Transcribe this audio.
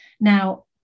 Now